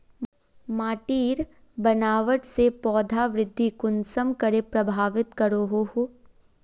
माटिर बनावट से पौधा वृद्धि कुसम करे प्रभावित करो हो?